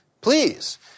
please